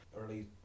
early